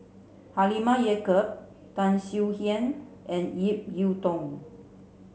Halimah Yacob Tan Swie Hian and Ip Yiu Tung